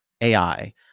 AI